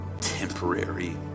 temporary